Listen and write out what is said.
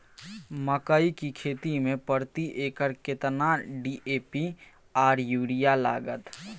मकई की खेती में प्रति एकर केतना डी.ए.पी आर यूरिया लागत?